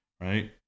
right